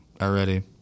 already